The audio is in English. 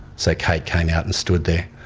so kate came out and stood there.